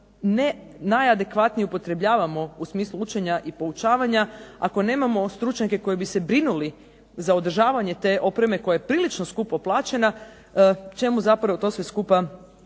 najneadekvatnije upotrebljavamo u smislu učenja i poučavanja, ako nemamo stručnjake koji bi se brinuli za održavanje te opreme koja je prilično skupo plaćena čemu zapravo to sve skupa služi i